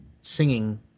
singing